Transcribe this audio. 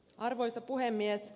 arvoisa puhemies